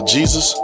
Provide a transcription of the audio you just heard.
Jesus